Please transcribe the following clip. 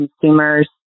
consumers